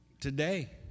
today